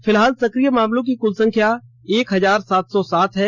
फिलहाल संक्रिय मामलों की कुल संख्या एक हजार सात सौ सात है